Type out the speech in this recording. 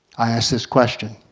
i ask this question.